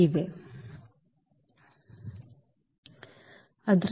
So ಆದ್ದರಿಂದ